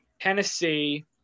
Tennessee